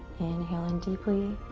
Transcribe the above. inhale in deeply.